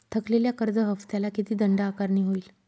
थकलेल्या कर्ज हफ्त्याला किती दंड आकारणी होईल?